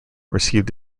received